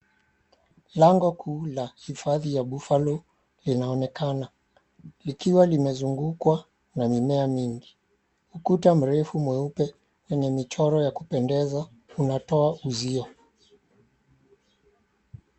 Lango kuu la hifadhi ya buffalo linaonekana likiwa limezungukwa na mimea mingi. Ukuta mrefu mweupe wenye michoro ya kupendeza unatoa uzio.